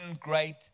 great